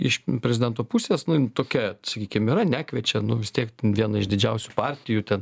iš prezidento pusės nu jin tokia sakykim yra nekviečia nu vis tiek viena iš didžiausių partijų ten